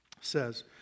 says